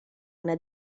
una